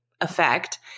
Effect